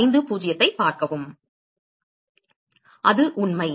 அது உண்மை